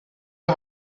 die